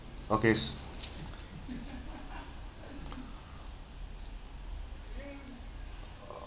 okay s~